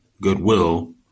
goodwill